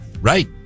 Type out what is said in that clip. right